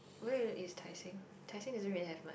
where is Tai-Seng Tai-Seng doesn't really have much